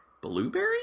Blueberry